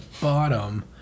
bottom